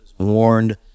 warned